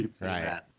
right